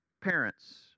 parents